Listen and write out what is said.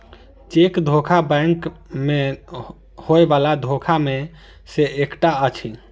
cheque धोखा bank मे होयबला धोखा मे सॅ एकटा अछि